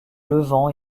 levant